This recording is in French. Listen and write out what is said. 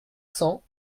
cents